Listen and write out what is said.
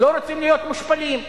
לא רוצים להיות מושפלים.